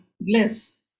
bliss